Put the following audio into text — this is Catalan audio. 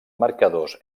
marcadors